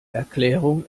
erklärung